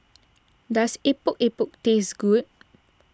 does Epok Epok taste good